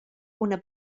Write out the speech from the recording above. una